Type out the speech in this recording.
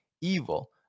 evil